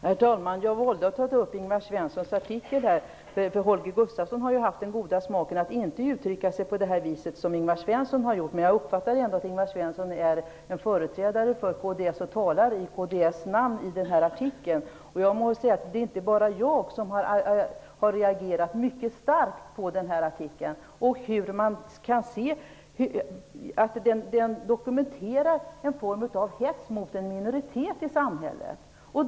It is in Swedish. Herr talman! Jag valde att ta upp Ingvar Svenssons artikel, för Holger Gustafsson har haft den goda smaken att inte uttrycka sig på det sätt som Ingvar Svensson har gjort. Jag uppfattar ändå att Ingvar Svensson är en företrädare för kds och talar i kds namn i den här artikeln. Jag må säga att det inte bara är jag som har reagerat mycket starkt på artikeln. Den dokumenterar en form av hets mot en minoritet i samhället.